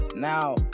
Now